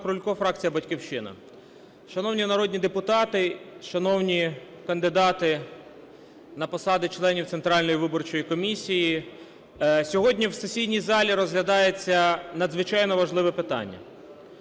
Шановні народні депутати, шановні кандидати на посади членів Центральної виборчої комісії, сьогодні в сесійній залі розглядається надзвичайно важливе питання